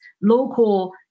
local